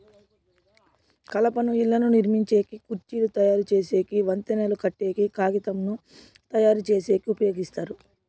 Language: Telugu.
కలపను ఇళ్ళను నిర్మించేకి, కుర్చీలు తయరు చేసేకి, వంతెనలు కట్టేకి, కాగితంను తయారుచేసేకి ఉపయోగిస్తారు